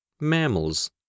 Mammals